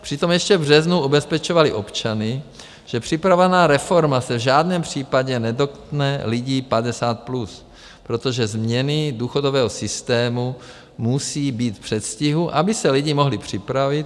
Přitom ještě v březnu ubezpečovali občany, že připravovaná reforma se v žádném případě nedotkne lidí 50 plus, protože změny důchodového systému musí být v předstihu, aby se lidi mohli připravit.